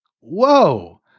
whoa